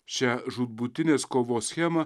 šią žūtbūtinės kovos schemą